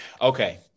okay